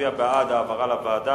מצביע בעד העברה לוועדה,